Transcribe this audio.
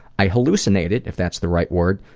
i hallucinated, if that's the right word,